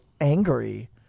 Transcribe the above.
angry